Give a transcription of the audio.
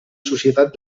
societat